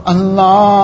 Allah